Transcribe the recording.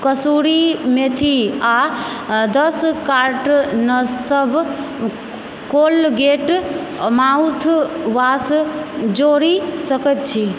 कसूरी मेथी आ दस कार्टन सब कोलगेट माउथवाश जोड़ि सकैत छी